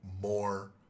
more